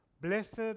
Blessed